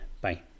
Bye